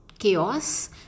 Chaos